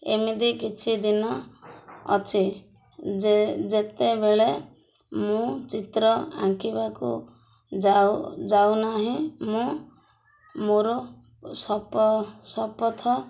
ଏମିତି କିଛି ଦିନ ଅଛି ଯେ ଯେତେବେଳେ ମୁଁ ଚିତ୍ର ଆଙ୍କିବାକୁ ଯାଉ ଯାଉନାହିଁ ମୁଁ ମୋର ସପ ଶପଥ